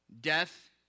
Death